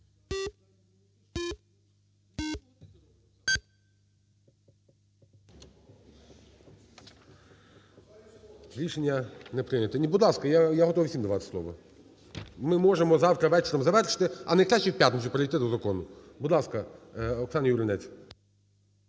Рішення не прийнято. Ні, будь ласка, я готовий всім давати слово, ми можемо завтра вечором завершити, а найкраще – в п'ятницю перейти до закону. Будь ласка, Оксана Юринець.